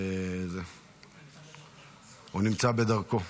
שנמצא בדרכו.